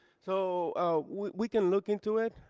so we can look into it.